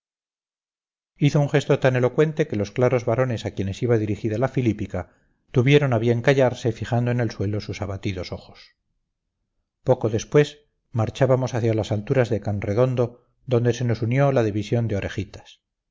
hizo un gesto tan elocuente que los claros varones a quienes iba dirigida la filípica tuvieron a bien callarse fijando en el suelo sus abatidos ojos poco después marchábamos hacia las alturas de canredondo donde se nos unió la división de orejitas